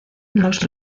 los